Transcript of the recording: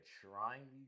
trying